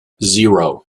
zero